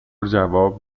جواب